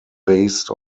based